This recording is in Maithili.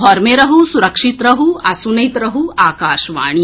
घर मे रहू सुरक्षित रहू आ सुनैत रहू आकाशवाणी